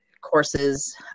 courses